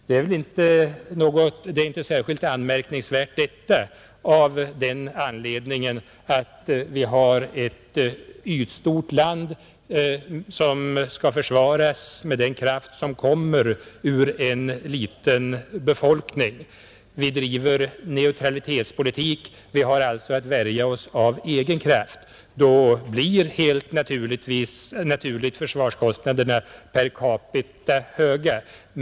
Det är inte särskilt anmärkningsvärt av den anledningen att vi har ett ytstort land, som skall försvaras med den kraft som kommer ur en liten befolkning. Vi driver neutralitetspolitik. Vi har alltså att värja oss av egen kraft. Då blir helt naturligt försvarskostnaderna per capita höga.